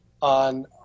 on